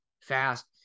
fast